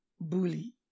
bully